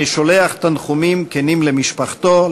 אני שולח תנחומים כנים למשפחתו,